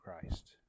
Christ